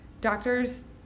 doctors